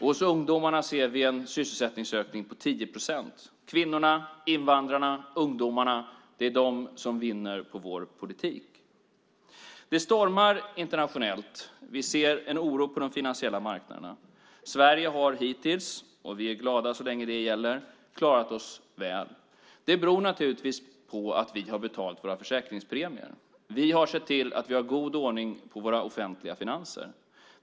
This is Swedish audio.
Hos ungdomarna ser vi en sysselsättningsökning på 10 procent. Kvinnorna, invandrarna och ungdomarna är de som vinner på vår politik. Det stormar internationellt. Vi ser en oro på de finansiella marknaderna. Sverige har hittills - och vi är glada så länge det gäller - klarat sig väl. Det beror naturligtvis på att vi har betalat våra försäkringspremier. Vi har sett till att vi har god ordning på våra offentliga finanser.